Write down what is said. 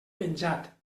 penjat